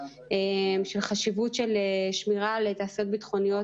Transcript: של החשיבות של שמירה על תעשיות ביטחוניות